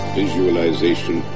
visualization